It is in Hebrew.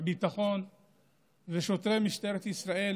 הביטחון ושוטרי משטרת ישראל